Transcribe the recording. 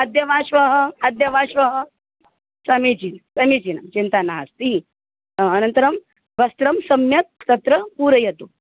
अद्य वा श्वः अद्य वा श्वः समीचीनं समीचीनं चिन्ता नास्ति अनन्तरं वस्त्रं सम्यक् तत्र पूरयतु